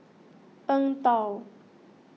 Eng Tow